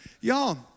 Y'all